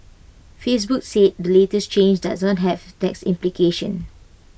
Facebook said the latest change does not have tax implications